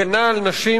הגנה על נשים,